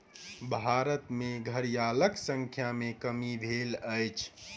भारत में घड़ियालक संख्या में कमी भेल अछि